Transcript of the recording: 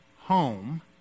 home